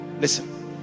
listen